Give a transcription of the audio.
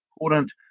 important